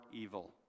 evil